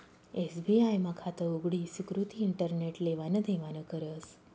SBI मा खातं उघडी सुकृती इंटरनेट लेवान देवानं करस